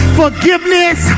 forgiveness